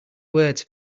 words